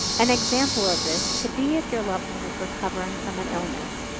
an example of this could be if your loved one is recovering from an illness,